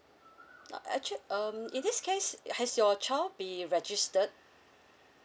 no actual~ um in this case has your child be registered